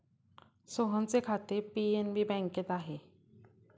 सोहनचे खाते पी.एन.बी बँकेत आहे